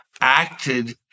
acted